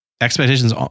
expectations